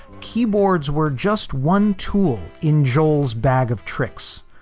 keyboards were just one tool in joel's bag of tricks.